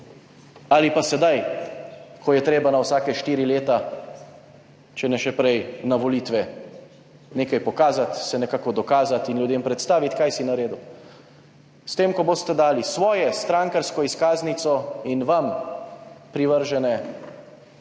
ali pa sedaj, ko je treba na vsake štiri leta, če ne še prej, na volitve, nekaj pokazati, se nekako dokazati in ljudem predstaviti, kaj si naredil. S tem, ko boste dali svojo strankarsko izkaznico in vam privržene šefe,